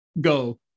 go